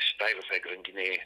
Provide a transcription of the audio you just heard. šitai visai grandinei